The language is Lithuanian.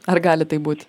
ar gali taip būt